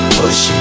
push